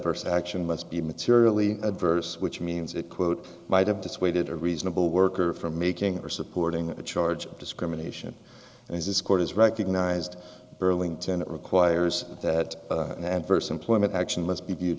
adverse action must be materially adverse which means it quote might have dissuaded a reasonable worker from making or supporting a charge of discrimination and his court has recognized burlington it requires that an adverse employment action must be viewed